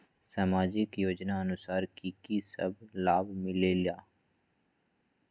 समाजिक योजनानुसार कि कि सब लाब मिलीला?